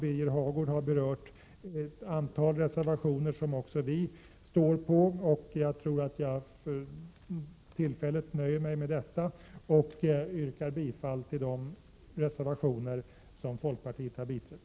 Birger Hagård har berört ett antal reservationer som också vi folkpartister står bakom, varför jag för tillfället nöjer mig med att avslutningsvis yrka bifall till de reservationer som folkpartiet har biträtt.